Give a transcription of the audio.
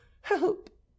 help